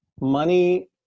money